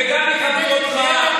וגם יכבדו אותך,